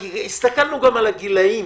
והסתכלנו על הגילים